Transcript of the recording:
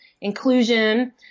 inclusion